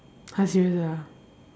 !huh! serious ah